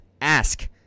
ask